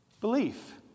Belief